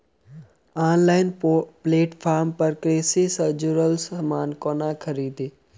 Online platform पर कृषि सँ जुड़ल समान कोना खरीदी?